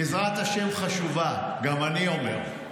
עזרת השם חשובה, גם אני אומר,